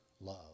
love